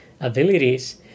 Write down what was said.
abilities